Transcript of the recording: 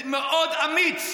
מאוד אמיץ,